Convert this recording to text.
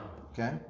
Okay